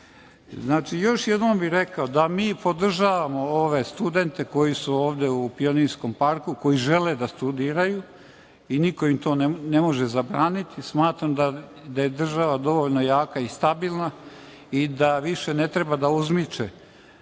jednom bih rekao da mi podržavamo ove studente koji su ovde u Pionirskom parku koji žele da studiraju i niko im to ne može zabraniti. Smatram da je država dovoljno jaka i stabilna i da više ne treba da uzmiče,